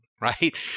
right